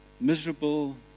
miserable